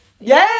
yay